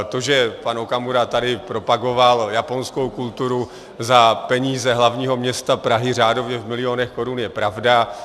To, že pan Okamura tady propagoval japonskou kulturu za peníze hlavního města Prahy řádově v milionech korun, je pravda.